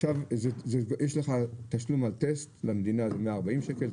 עכשיו יש לך תשלום על טסט למדינה זה 140 שקל,